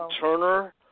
Turner